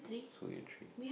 so entry